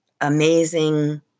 amazing